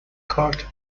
کارت